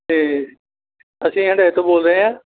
ਅਤੇ ਅਸੀਂ ਹੰਡਾਏ ਤੋਂ ਬੋਲ ਰਹੇ ਹਾਂ